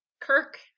Kirk